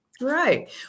Right